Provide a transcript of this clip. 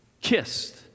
kissed